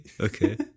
Okay